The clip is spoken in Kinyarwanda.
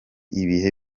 ibihe